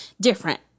different